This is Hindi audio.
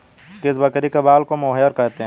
किस बकरी के बाल को मोहेयर कहते हैं?